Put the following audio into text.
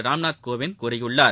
ராம்நாத் கோவிந்த் கூறியுள்ளார்